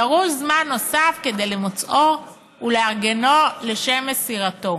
דרוש זמן נוסף כדי למוצאו ולארגנו לשם מסירתו"